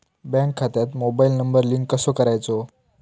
Bank खात्यात mobile number link कसो करायचो?